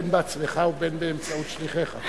בין בעצמך ובין באמצעות שליחיך.